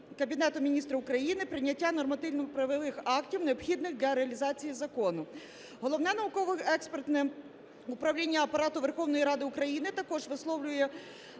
Кабінетом Міністрів України прийняття нормативно-правових актів, необхідних для реалізації закону. Головне науково-експертне управління Апарату Верховної Ради України також висловлює